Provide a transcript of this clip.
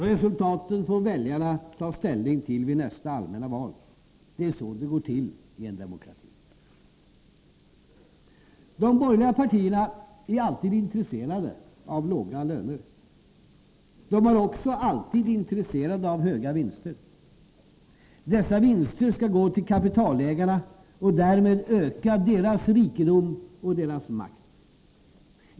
Resultaten får väljarna ta ställning till vid nästa allmänna val. Det är så det går till i en demokrati. De borgerliga partierna är alltid intresserade av låga löner. De är också alltid intresserade av höga vinster. Dessa vinster skall gå till kapitalägarna och därmed öka deras rikedom och deras makt.